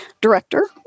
director